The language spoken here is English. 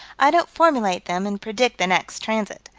i don't formulate them and predict the next transit.